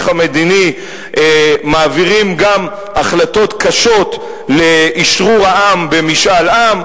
המדיני מעבירים גם החלטות קשות לאשרור העם במשאל עם,